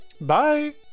Bye